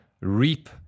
reap